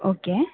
okay